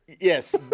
Yes